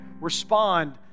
respond